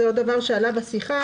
זה עוד דבר שעלה בשיחה,